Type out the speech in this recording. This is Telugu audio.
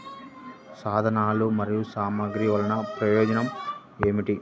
సాధనాలు మరియు సామగ్రి వల్లన ప్రయోజనం ఏమిటీ?